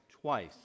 twice